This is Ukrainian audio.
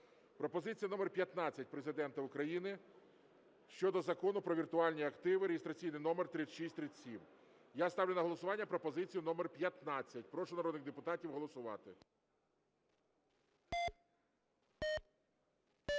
Пропозиція номер 15 Президента України щодо Закону "Про віртуальні активи" (реєстраційний номер 3637). Я ставлю на голосування пропозицію номер 15. Прошу народних депутатів голосувати. 13:28:21 За-301